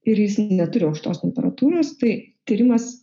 ir jis neturi aukštos temperatūros tai tyrimas